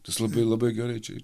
tas labai labai gerai čia